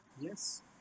Yes